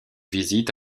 visite